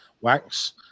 wax